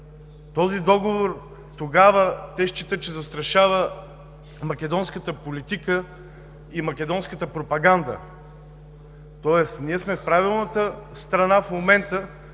този договор, че застрашава македонската политика и македонската пропаганда. Тоест, ние сме правилната страна в момента